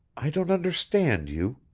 i don't understand you.